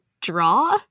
draw